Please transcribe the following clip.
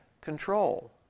control